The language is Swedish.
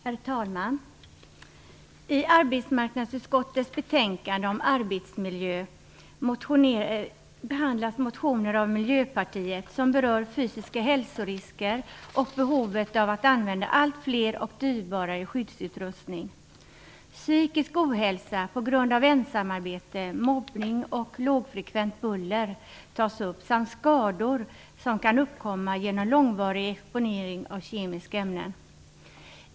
Herr talman! I arbetsmarknadsutskottets betänkande om arbetsmiljö behandlas motioner av Miljöpartiet som berör fysiska hälsorisker och behovet av att använda allt fler och dyrbarare skyddsutrustningar. Psykisk ohälsa på grund av ensamarbete, mobbning och lågfrekvent buller tas upp, samt skador som kan uppkomma genom långvarig exponering av kemiska ämnen.